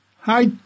Hi